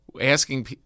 asking